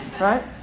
Right